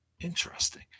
Interesting